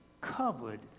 covered